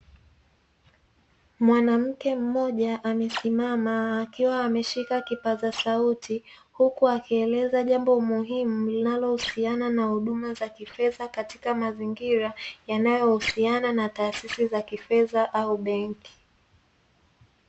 Mwanamke mmoja amesimama, akiwa ameshika kipaza sauti, huku akieleza jambo muhimu linalohusiana na huduma za kifedha katika mazingira yanayohusiana na taasisi za kifedha au benki.